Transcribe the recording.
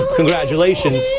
Congratulations